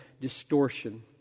distortion